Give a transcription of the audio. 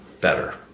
better